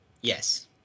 Yes